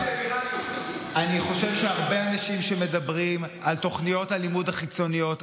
אני חושב שהרבה אנשים שמדברים על תוכניות הלימוד החיצוניות,